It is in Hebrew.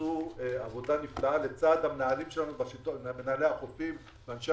עשו עבודה נפלאה לצד מנהלי החופים ואנשי